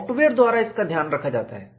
software द्वारा इसका ध्यान रखा जाता है